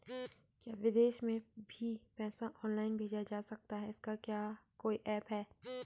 क्या विदेश में भी पैसा ऑनलाइन भेजा जा सकता है इसका क्या कोई ऐप है?